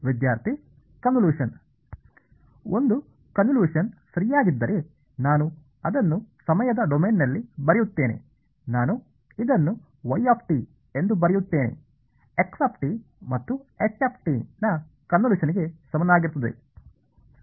ವಿದ್ಯಾರ್ಥಿ ಕನ್ವೋಲೂಷನ್ ಒಂದು ಕನ್ವಿಲ್ಯೂಷನ್ ಸರಿಯಾಗಿದ್ದರೆ ನಾನು ಅದನ್ನು ಸಮಯದ ಡೊಮೇನ್ನಲ್ಲಿ ಬರೆಯುತ್ತೇನೆ ನಾನು ಇದನ್ನು y ಎಂದು ಬರೆಯುತ್ತೇನೆ x ಮತ್ತು h ನ ಕನ್ವಿಲೇಶನ್ ಗೆ ಸಮನಾಗಿರುತ್ತದೆ